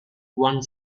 one